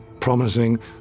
promising